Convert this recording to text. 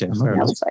Okay